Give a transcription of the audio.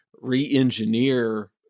re-engineer